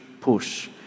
push